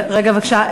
רגע, בבקשה.